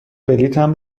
بلیطم